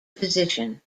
position